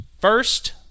first